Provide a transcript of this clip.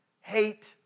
hate